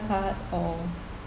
card or